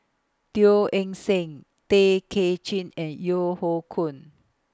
Teo Eng Seng Tay Kay Chin and Yeo Hoe Koon